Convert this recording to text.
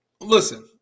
Listen